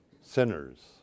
sinners